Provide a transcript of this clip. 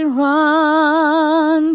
run